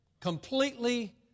completely